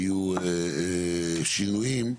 היו שינויים.